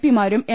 P മാരും M